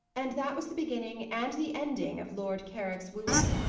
and that was the beginning and the ending of lord carrick's wooing.